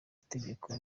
itegeko